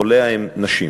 מחוליה הם נשים.